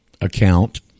account